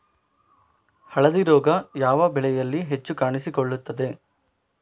ಹಳದಿ ರೋಗ ಯಾವ ಬೆಳೆಯಲ್ಲಿ ಹೆಚ್ಚು ಕಾಣಿಸಿಕೊಳ್ಳುತ್ತದೆ?